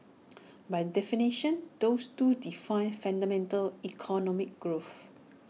by definition those two define fundamental economic growth